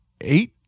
eight